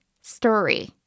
Story